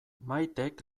maitek